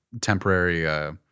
temporary